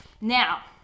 Now